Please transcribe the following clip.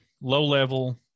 low-level